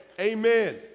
Amen